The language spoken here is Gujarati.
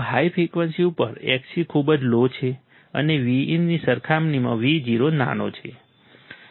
ખૂબ હાઈ ફ્રિકવન્સી ઉપર Xc ખૂબ જ લો છે અને Vin ની સરખામણીમાં V0 નાનો છે